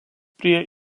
prie